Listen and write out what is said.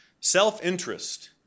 self-interest